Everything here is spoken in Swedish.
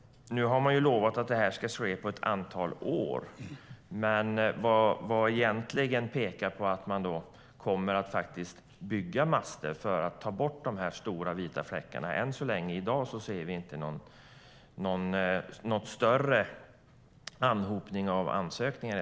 Nu har man lovat att det här ska ske på ett antal år, men vad pekar på att man faktiskt kommer att bygga master för att ta bort de här stora vita fläckarna? I dag ser vi i alla fall inte någon större anhopning av ansökningar.